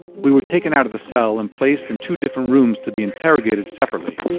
we were taken out of the cell and placed in two different rooms to be interrogated separately.